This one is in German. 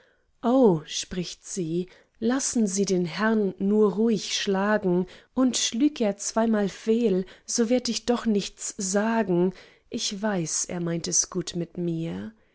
o spricht sie lassen sie den herrn nur ruhig schlagen und schlüg er zweimal fehl so werd ich doch nichts sagen ich weiß er meint es gut mit mir